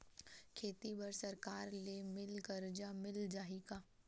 खेती बर सरकार ले मिल कर्जा मिल जाहि का?